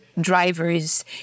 drivers